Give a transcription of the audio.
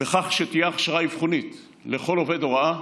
בכך שתהיה הכשרה אבחונית לכל עובד הוראה,